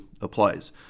applies